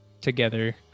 together